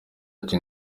ati